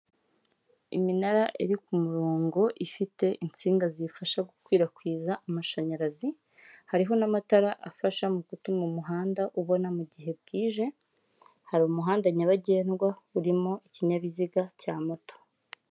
Iminara iri ku murongo ifite insinga ziyifasha gukwirakwiza amashanyarazi, hariho n'amatara afasha mu gutuma umuhanda ubona mu gihe bwije, hari umuhanda nyabagendwa urimo ikinyabiziga cya moto.